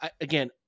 again